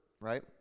right